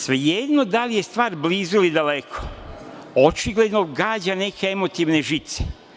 Svejedno da li je stvar blizu ili daleko, očigledno gađa neke emotivne žice.